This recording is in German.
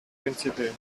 príncipe